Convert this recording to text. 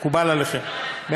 מקובל עליכם?